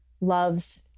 loves